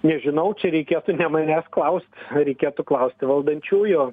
nežinau čia reikėtų ne manęs klaust reikėtų klausti valdančiųjų